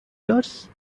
yours